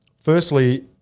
Firstly